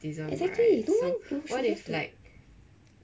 exactly don't want to give birth to